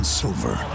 silver